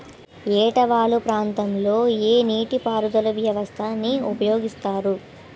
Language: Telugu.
ఏట వాలు ప్రాంతం లొ ఏ నీటిపారుదల వ్యవస్థ ని ఉపయోగిస్తారు?